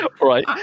Right